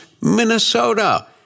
Minnesota